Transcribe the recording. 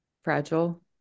fragile